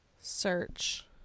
search